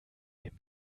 dem